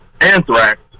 anthrax